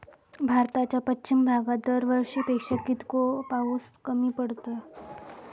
भारताच्या पश्चिम भागात दरवर्षी पेक्षा कीतको पाऊस कमी पडता?